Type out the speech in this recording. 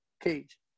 cage